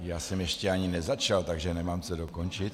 Já jsem ještě ani nezačal, takže nemám co dokončit.